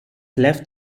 left